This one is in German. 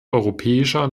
europäischer